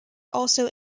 also